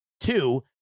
Two